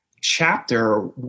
chapter